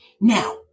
Now